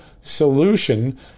solution